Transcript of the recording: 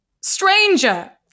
Stranger